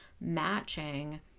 matching